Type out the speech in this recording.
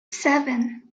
seven